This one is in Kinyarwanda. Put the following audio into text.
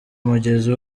umugezi